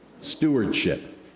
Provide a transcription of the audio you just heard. stewardship